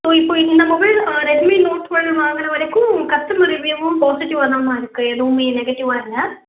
so இப்போ இந்த mobile Redmi note five வாங்கின வரைக்கும் கஸ்டமர் ரிவ்யூவும் பாசிட்டிவாதாம்மா இருக்கு எதுவுமே நெகட்டிவாக இல்லை